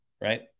right